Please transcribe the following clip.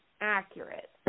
accurate